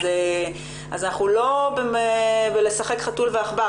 אז אנחנו לא בלשחק חתול ועכבר,